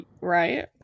Right